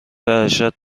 ارشد